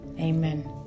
amen